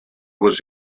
was